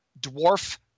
dwarf